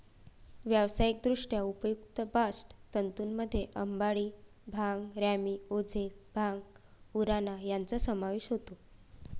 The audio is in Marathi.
व्यावसायिकदृष्ट्या उपयुक्त बास्ट तंतूंमध्ये अंबाडी, भांग, रॅमी, रोझेल, भांग, उराणा यांचा समावेश होतो